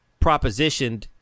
propositioned